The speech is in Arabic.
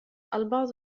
البعض